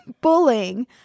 bullying